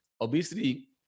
obesity